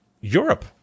Europe